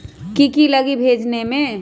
की की लगी भेजने में?